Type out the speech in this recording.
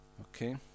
Okay